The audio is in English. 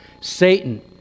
Satan